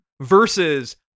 Versus